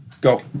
Go